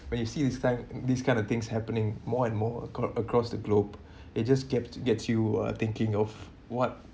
when you see these kind these kind of things happening more and more across across the globe it just kept gets you are thinking of what